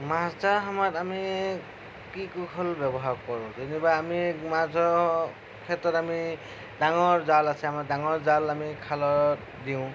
মাছ ধৰাৰ সময়ত আমি কি কৌশল ব্যৱহাৰ কৰোঁ কেতিয়াবা আমি মাছৰ ক্ষেত্ৰত আমি ডাঙৰ জাল আছে আমাৰ ডাঙৰ জাল আমি খালত দিওঁ